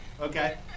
Okay